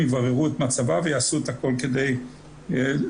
יבררו את מצבה ויעשו את הכול כדי לשכן